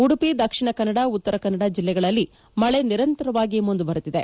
ಉಡುಪಿ ದಕ್ಷಿಣ ಕನ್ನಡ ಉತ್ತರ ಕನ್ನಡ ಜಿಲ್ಲೆಗಳಲ್ಲಿ ಮಳೆ ನಿರಂತರವಾಗಿ ಮುಂದುವರೆದಿದೆ